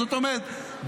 זאת אומרת,